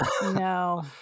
No